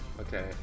Okay